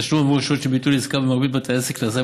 התשלום עבור השירות של ביטול עסקה במרבית בתי העסק נעשה